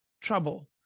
trouble